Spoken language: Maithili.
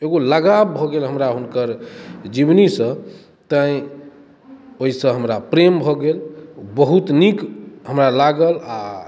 एगो लगाब भऽ गेल हमरा हुनकर जिबनी सँ तैं ओहिसँ हमरा प्रेम भऽ गेल बहुत नीक हमरा लागल आ